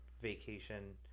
vacation